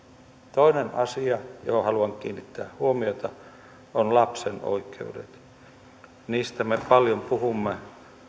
toinen asia johon haluan kiinnittää huomiota on lapsen oikeudet niistä me paljon puhumme